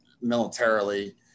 militarily